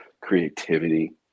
creativity